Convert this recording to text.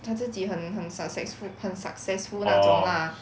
她自己很很 successful 很 successful 那种 lah